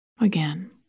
Again